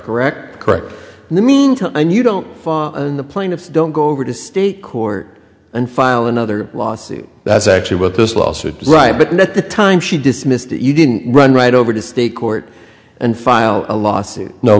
correct correct in the meantime and you don't file in the plaintiff don't go over to state court and file another lawsuit that's actually what this lawsuit does right but not at the time she dismissed you didn't run right over to state court and filed a lawsuit no